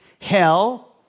Hell